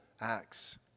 acts